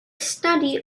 study